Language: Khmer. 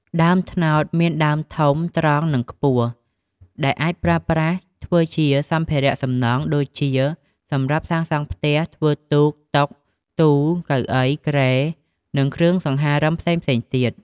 ដើមត្នោតមានដើមធំ ត្រង់ និងខ្ពស់ ដែលអាចប្រើប្រាស់ធ្វើជាសម្ភារៈសំណង់ ដូចជាសម្រាប់សាងសង់ផ្ទះ ធ្វើទូក តុ ទូ កៅអី គ្រែ និងគ្រឿងសង្ហារិមផ្សេងៗទៀត។